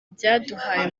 byaduhaye